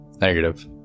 Negative